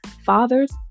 fathers